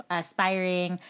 aspiring